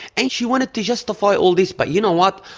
and she wanted to justify all this, but you know what?